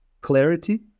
Clarity